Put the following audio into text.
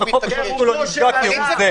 וחופש הביטוי לא נפגע כהוא זה.